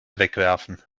wegwerfen